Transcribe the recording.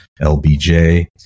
LBJ